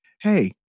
hey